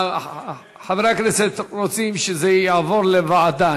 חברי הכנסת רוצים שזה יעבור לוועדה,